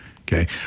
okay